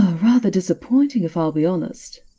ah rather disappointing, if i'll be honest.